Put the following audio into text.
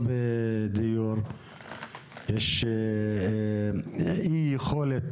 אין להם כלום נגדך, אפילו אותי הם לא מכירים.